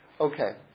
okay